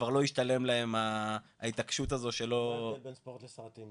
כבר לא השתלם להם ההתעקשות הזו שלא --- מה ההבדל בין ספורט לסרטים,